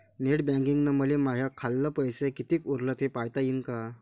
Net बँकिंगनं मले माह्या खाल्ल पैसा कितीक उरला थे पायता यीन काय?